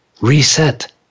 reset